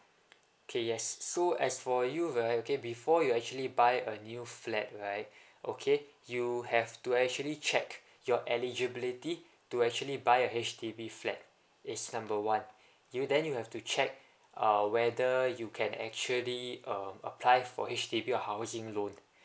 okay yes so as for you right okay before you actually buy a new flat right okay you have to actually check your eligibility to actually buy a H_D_B flat it's number one you then you have to check uh whether you can actually um apply for H_D_B of housing loan